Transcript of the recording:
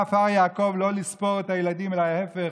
עפר יעקב" לא לספור את הילדים אלא ההפך.